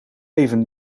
even